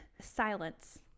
silence